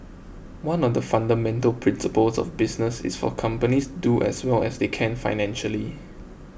one of the fundamental principles of business is for companies to do as well as they can financially